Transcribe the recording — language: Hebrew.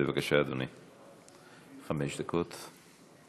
בבקשה, אדוני, חמש דקות.